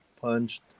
punched